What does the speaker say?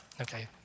okay